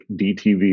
DTV